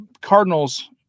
cardinals